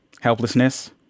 helplessness